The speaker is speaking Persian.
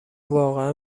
واقعا